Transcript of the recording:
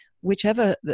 whichever